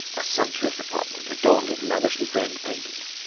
a sumptuous apartment adorned with lavishly-framed paintings.